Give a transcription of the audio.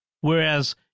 Whereas